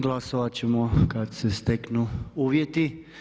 Glasovat ćemo kad se steknu uvjeti.